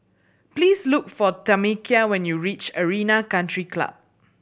please look for Tamekia when you reach Arena Country Club